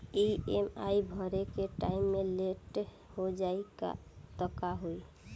EMI भरे के time मे लेट हो जायी त का होई?